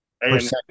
percent